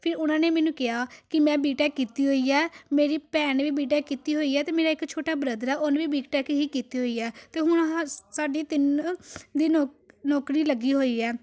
ਫਿਰ ਉਹਨਾਂ ਨੇ ਮੈਨੂੰ ਕਿਹਾ ਕਿ ਮੈਂ ਬੀਟੈਕ ਕੀਤੀ ਹੋਈ ਆ ਮੇਰੀ ਭੈਣ ਵੀ ਬੀਟੈਕ ਕੀਤੀ ਹੋਈ ਹੈ ਅਤੇ ਮੇਰਾ ਇੱਕ ਛੋਟਾ ਬ੍ਰਦਰ ਆ ਉਹਨੇ ਵੀ ਬੀਟੈਕ ਹੀ ਕੀਤੀ ਹੋਈ ਹੈ ਅਤੇ ਹੁਣ ਹਾ ਸਾਡੀ ਤਿੰਨ ਦੀ ਨੌ ਨੌਕਰੀ ਲੱਗੀ ਹੋਈ ਹੈ